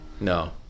No